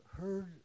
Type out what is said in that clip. heard